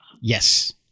Yes